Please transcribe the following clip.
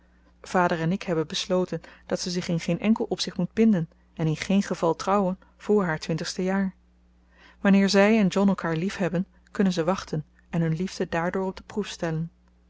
vader en ik hebben besloten dat zij zich in geen enkel opzicht moet binden en in geen geval trouwen voor haar twintigste jaar wanneer zij en john elkaar liefhebben kunnen ze wachten en hun liefde daardoor op de proef stellen